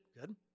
good